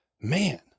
Man